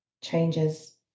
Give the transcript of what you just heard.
changes